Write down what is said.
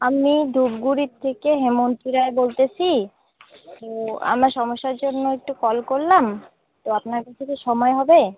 আমি ধূপগুড়ির থেকে হেমন্তী রায় বলছি তো আমার সমস্যার জন্য একটু কল করলাম তো আপনার কাছে কি সময় হবে